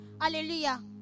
Hallelujah